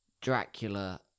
Dracula